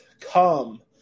come